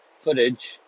footage